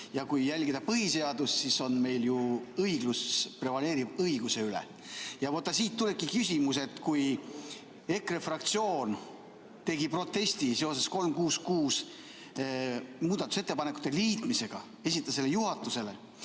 Ja kui jälgida põhiseadust, siis meil ju õiglus prevaleerib õiguse üle. Vaata, siit tulebki küsimus. EKRE fraktsioon tegi protesti seoses 366 muudatusettepanekute liitmisega, esitas selle juhatusele